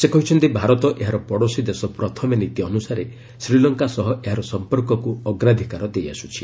ସେ କହିଛନ୍ତି ଭାରତ ଏହାର 'ପଡ଼ୋଶୀ ଦେଶ ପ୍ରଥମେ' ନୀତି ଅନୁସାରେ ଶ୍ରୀଲଙ୍କା ସହ ଏହାର ସମ୍ପର୍କକୁ ଅଗ୍ରାଧିକାର ଦେଇଆସୁଛି